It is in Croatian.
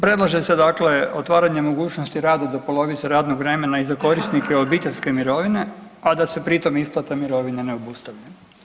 Predlaže se dakle otvaranje mogućnosti rada do polovice radnog vremena i za korisnike obiteljske mirovine, a da se pri tom isplata mirovine ne obustavlja.